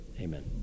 Amen